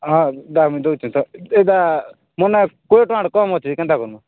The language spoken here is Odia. ହଁ ଦେଉଛି ଏଇଟା ମୋର କୋଡ଼ିଏ ଟଙ୍କାର କମ୍ ଅଛି କେନ୍ତା କରିବ